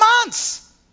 months